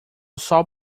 sol